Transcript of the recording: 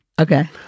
Okay